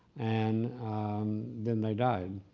and then they died.